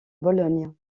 bologne